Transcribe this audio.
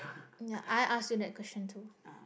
ya I asked you that question too